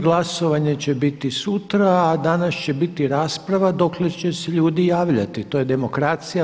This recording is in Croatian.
Glasovanje će biti sutra, a danas će biti rasprava dokle će se ljudi javljati, to je demokracija.